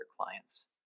clients